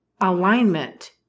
alignment